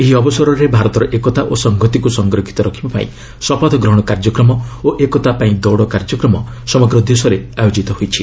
ଏହି ଅବସରରେ ଭାରତର ଏକତା ଓ ସଂହତିକୁ ସୁରକ୍ଷିତ ରଖିବାପାଇଁ ଶପଥ ଗ୍ରହଣ କାର୍ଯ୍ୟକ୍ରମ ଓ ଏକତା ପାଇଁ ଦୌଡ଼ କାର୍ଯ୍ୟକ୍ରମ ସମଗ୍ର ଦେଶରେ ଆୟୋଜିତ ହୋଇଛି